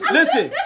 listen